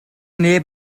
neb